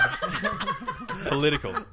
Political